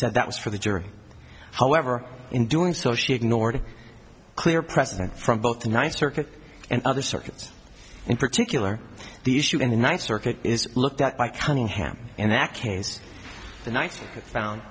said that was for the jury however in doing so she ignored clear precedent from both the ninth circuit and other circuits in particular the issue in the ninth circuit is looked at by cunningham in that case the night found